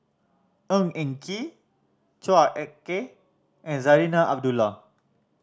Ng Eng Kee Chua Ek Kay and Zarinah Abdullah